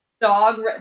dog